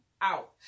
out